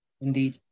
Indeed